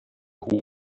hugo